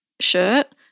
shirt